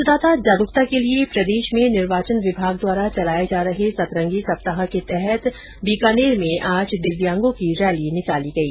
मतदाता जागरूकता के लिये निर्वाचन विभाग द्वारा चलाये जा रहे सतंरगी सप्ताह के तहत बीकानेर में आज दिव्यांगों की रैली निकाली गई